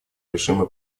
режима